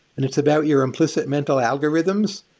and it's about your implicit mental algorithms.